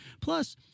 Plus